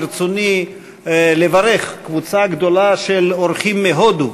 ברצוני לברך קבוצה גדולה של אורחים מהודו,